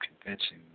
convincing